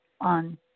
on